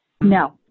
No